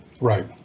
right